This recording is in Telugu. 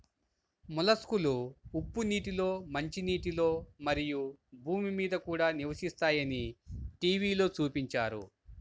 మొలస్క్లు ఉప్పు నీటిలో, మంచినీటిలో, మరియు భూమి మీద కూడా నివసిస్తాయని టీవిలో చూపించారు